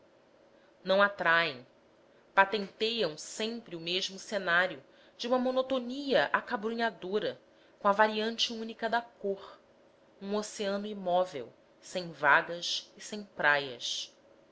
não atraem patenteiam sempre o mesmo cenário de uma monotonia acabrunhadora com a variante única da cor um oceano imóvel sem vagas e sem praias